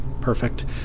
Perfect